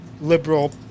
liberal